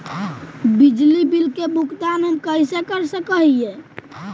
बिजली बिल के भुगतान हम कैसे कर सक हिय?